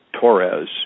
Torres